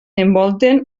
envolten